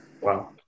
Wow